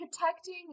protecting